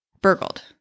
burgled